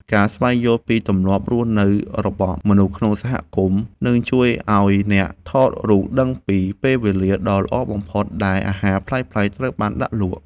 ការស្វែងយល់ពីទម្លាប់រស់នៅរបស់ មនុស្សក្នុងសហគមន៍ នឹងជួយឱ្យអ្នកថតរូបដឹងពីពេលវេលាដ៏ល្អបំផុតដែលអាហារប្លែកៗត្រូវបានដាក់លក់។